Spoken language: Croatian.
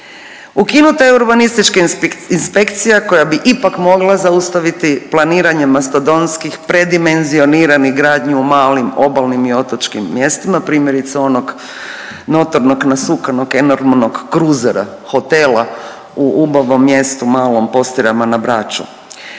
Ukinuta je urbanistička inspekcija koja bi ipak mogla zaustaviti planiranje mastodontskih predimenzioniranih gradnju u malim obalnim i otočkim mjestima, primjerice onog notornog nasukanog enormnog kruzera, hotela u ubavom mjestu malom Postirama na Braču.